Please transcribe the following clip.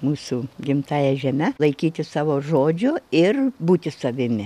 mūsų gimtąja žeme laikytis savo žodžio ir būti savimi